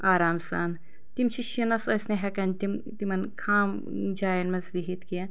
آرام سان تِم چھِ شِنَس ٲسۍ نہٕ ہیٚکآن تِم تِمَن خام جاین منٛز بیہتھ کیٚنٛہہ